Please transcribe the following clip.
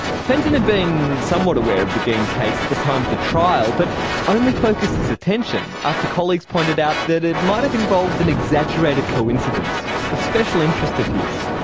fenton had been somewhat aware of the geen case the time of the trial, but only focused his attention after colleagues pointed out that it might have involved an exaggerated coincidence, a special interest of his.